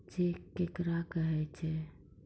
Cheque केकरा कहै छै?